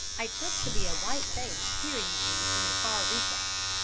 i took to be a white face peering at me from a far recess,